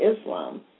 Islam